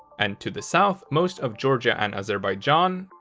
and to the south most of georgia and azerbaijan,